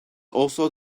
also